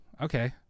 okay